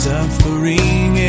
Suffering